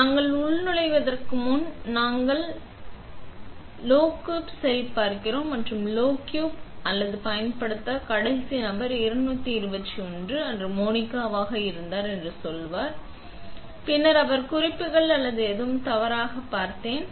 எனவே நாங்கள் உள்நுழைவதற்கு முன் நாங்கள் லோகூப் சரிபார்க்கிறோம் மற்றும் லோகூப் அதை பயன்படுத்திய கடைசி நபர் 221 அன்று மோனிகாவாக இருந்தார் என்று சொல்லுவார் பின்னர் அவர் என்ன குறிப்புகள் அல்லது எதையும் தவறாகப் பார்த்தேன்